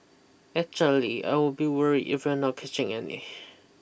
actually I would be worried if we're not catching any